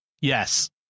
yes